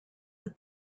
that